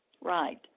right